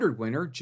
winner